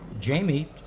Jamie